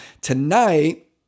tonight